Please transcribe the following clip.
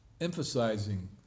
emphasizing